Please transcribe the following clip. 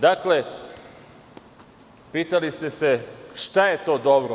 Dakle, pitali ste se šta je to dobro.